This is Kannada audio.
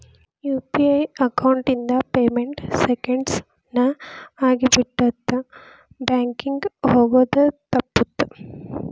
ಯು.ಪಿ.ಐ ಅಕೌಂಟ್ ಇಂದ ಪೇಮೆಂಟ್ ಸೆಂಕೆಂಡ್ಸ್ ನ ಆಗಿಬಿಡತ್ತ ಬ್ಯಾಂಕಿಂಗ್ ಹೋಗೋದ್ ತಪ್ಪುತ್ತ